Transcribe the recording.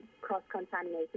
cross-contaminated